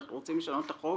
אנחנו רוצים לשנות את החוק?